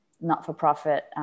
not-for-profit